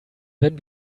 wenn